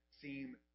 seem